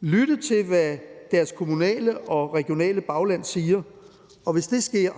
lytte til, hvad deres kommunale og regionale bagland siger, og hvis det sker,